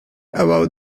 about